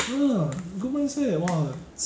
uh good mindset !wah!